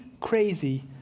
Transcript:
crazy